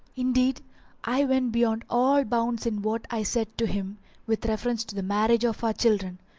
indeed i went beyond all bounds in what i said to him with reference to the marriage of our children.